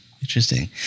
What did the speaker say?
Interesting